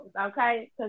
okay